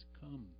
come